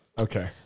Okay